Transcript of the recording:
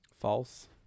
False